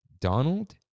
Donald